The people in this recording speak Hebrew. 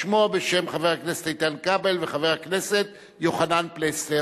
בשמו ובשם חבר הכנסת איתן כבל וחבר הכנסת יוחנן פלסנר.